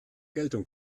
geltung